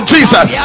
Jesus